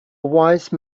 wise